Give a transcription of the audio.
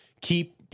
Keep